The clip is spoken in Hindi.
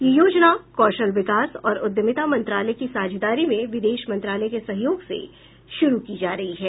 यह योजना कौशल विकास और उद्यमिता मंत्रालय की साझेदारी में विदेश मंत्रालय के सहयोग से शुरू की जा रही है